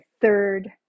third